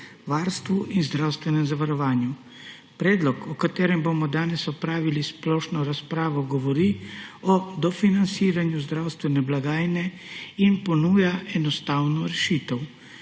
varstvu in zdravstvenem zavarovanju. Predlog, o katerem bomo danes opravili splošno razpravo, govori o dofinanciranju zdravstvene blagajne in ponuja enostavno rešitev